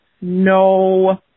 no